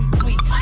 sweet